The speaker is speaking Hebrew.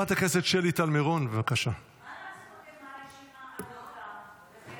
חבר הכנסת שירי, נא להוריד את זה.